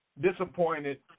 Disappointed